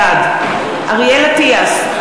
בעד אריאל אטיאס,